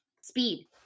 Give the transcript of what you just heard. speed